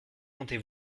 monter